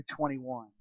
21